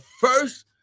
first